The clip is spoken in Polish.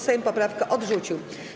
Sejm poprawkę odrzucił.